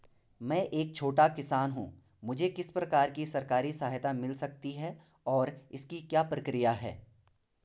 मैं एक छोटा किसान हूँ मुझे किस प्रकार की सरकारी सहायता मिल सकती है और इसकी क्या प्रक्रिया है?